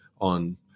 on